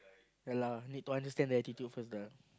ya lah need to understand the attitude first lah